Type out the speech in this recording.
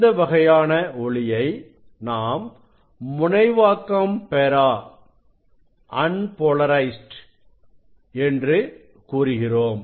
இந்த வகையான ஒளியை நாம் முனைவாக்கம் பெறா என்று கூறுகிறோம்